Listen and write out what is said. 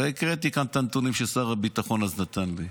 והקראתי כאן את הנתונים ששר הביטחון אז נתן לי.